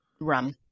rum